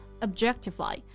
Objectify